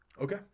Okay